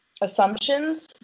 assumptions